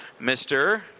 Mr